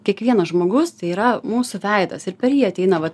kiekvienas žmogus tai yra mūsų veidas ir per jį ateina vat